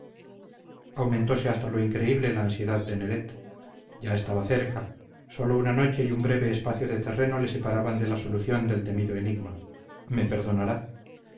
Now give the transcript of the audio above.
fijaran aumentose hasta lo increíble la ansiedad de nelet ya estaba cerca sólo una noche y un breve espacio de terreno le separaban de la solución del temido enigma me perdonará